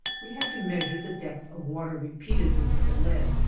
we had to measure the depth of water repeatedly with the lead,